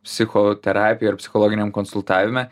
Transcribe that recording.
psichoterapijoj ar psichologiniam konsultavime